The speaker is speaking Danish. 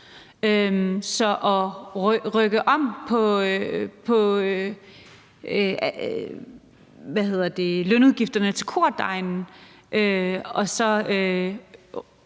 Så at rykke om på lønudgifterne til kordegnene og rykke